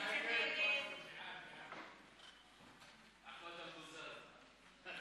ההסתייגות של קבוצת סיעת הרשימה המשותפת לסעיף 9 לא נתקבלה.